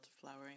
flowering